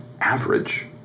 average